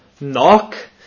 Knock